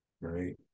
Right